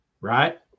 Right